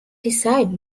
decide